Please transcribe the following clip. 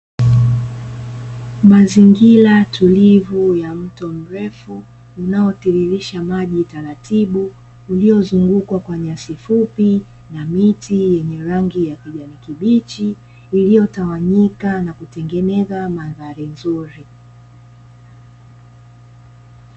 Mazingira tulivu ya mto mrefu unaotirirsha maji taratibu uliozungukwa kwa nyasi fupi na miti yenye rangi ya kijani kibichi, iliyotawanyika na kutengeneza mandhari nzuri.